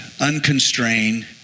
Unconstrained